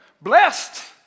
Blessed